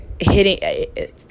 hitting